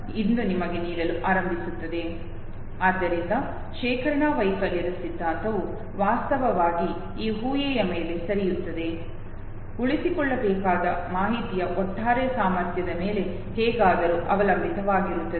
ಆದ್ದರಿಂದ ಶೇಖರಣಾ ವೈಫಲ್ಯದ ಸಿದ್ಧಾಂತವು ವಾಸ್ತವವಾಗಿ ಈ ಊಹೆಯ ಮೇಲೆ ಸರಿಯುತ್ತದೆ ಉಳಿಸಿಕೊಳ್ಳಬೇಕಾದ ಮಾಹಿತಿಯು ಒಟ್ಟಾರೆ ಸಾಮರ್ಥ್ಯದ ಮೇಲೆ ಹೇಗಾದರೂ ಅವಲಂಬಿತವಾಗಿರುತ್ತದೆ